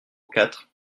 quatre